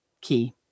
key